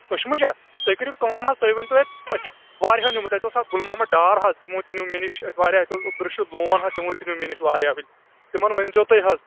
أشۍ مُجہِ ہا تُہۍ کٔرِو کٲم حظ تُہۍ ؤنۍتَو ییٚتہِ أسۍ چھِ واریاہو نیٛوٗمُت اتہِ اوس اکھ گُل محمد ڈار حظ تِمو تہِ نیٛوٗ میٚے نِش واریاہ اتہِ اوس عبدُل رشیٖد لون حظ تِمو تہِ نیٛوٗ میٚے نِش واریاہ تِمن ؤنۍزیٚو تُہۍ حظ